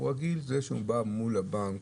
אדם רגיל לבוא ולהתייצב בבנק,